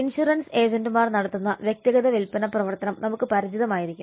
insurance ഏജന്റുമാർ നടത്തുന്ന വ്യക്തിഗത വിൽപ്പന പ്രവർത്തനം നമുക്ക് പരിചിതമായിരിക്കും